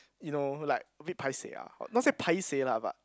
you know like a bit paiseh ah not say paiseh lah but